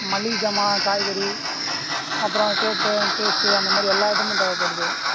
மளிகை சாமான் காய்கறி அப்புறம் சோப்பு பேஸ்ட்டு அந்த மாதிரி எல்லா ஐட்டமும் தேவைப்படுது